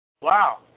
Wow